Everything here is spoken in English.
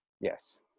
Yes